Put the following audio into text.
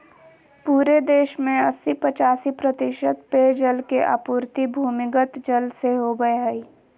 पूरे देश में अस्सी पचासी प्रतिशत पेयजल के आपूर्ति भूमिगत जल से होबय हइ